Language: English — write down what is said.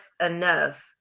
enough